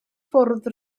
ffwrdd